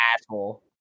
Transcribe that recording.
asshole